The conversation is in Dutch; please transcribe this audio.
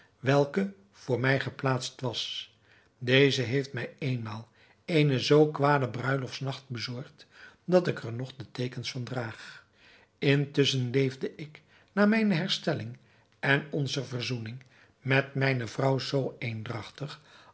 welke voor mij geplaatst was deze heeft mij éénmaal eenen zoo kwaden bruiloftsnacht bezorgd dat ik er nog de teekens van draag intusschen leefde ik na mijne herstelling en onze verzoening met mijne vrouw zoo eendragtig